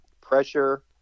pressure